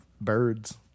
birds